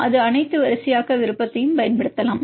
அது அனைத்து வரிசையாக்க விருப்பத்தையும் பயன்படுத்தலாம்